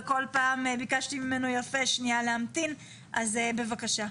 וכל פעם ביקשתי ממנו יפה שנייה להמתין אז בבקשה.